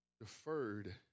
deferred